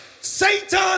Satan